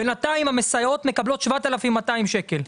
בינתיים המסייעות מקבלות 7,200 שקל.